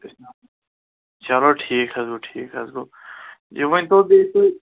چلو ٹھیٖک حظ گوٚو ٹھیٖک حظ گوٚو یہِ ؤنۍتو بیٚیہِ تُہۍ